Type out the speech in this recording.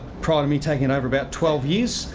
prior to me taking over, about twelve years.